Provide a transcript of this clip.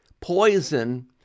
Poison